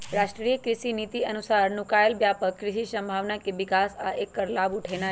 राष्ट्रीय कृषि नीति अनुसार नुकायल व्यापक कृषि संभावना के विकास आ ऐकर लाभ उठेनाई